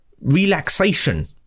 relaxation